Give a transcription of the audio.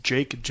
Jake